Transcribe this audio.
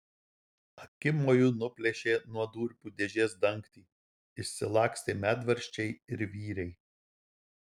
akimoju nuplėšė nuo durpių dėžės dangtį išsilakstė medvaržčiai ir vyriai